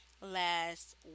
Last